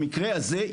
במקרה הזה,